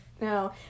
no